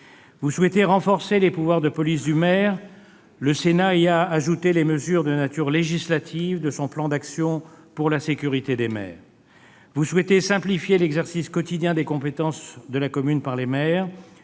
Vous souhaitez renforcer les pouvoirs de police du maire. Le Sénat y a ajouté les mesures de nature législative de son plan d'action pour la sécurité des maires. Vous souhaitez simplifier l'exercice quotidien des compétences de la commune par les maires.